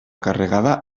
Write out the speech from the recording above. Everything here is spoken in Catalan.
carregada